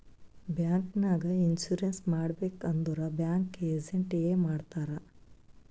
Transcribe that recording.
bank ನಾಗ್ insurance ಮಾಡಬೇಕ್ ಅಂದುರ್ ಬ್ಯಾಂಕ್ ಏಜೆಂಟ್ ಎ ಮಾಡ್ತಾರ್